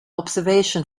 observation